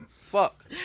Fuck